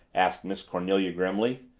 asked miss cornelia grimly.